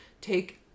take